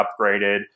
upgraded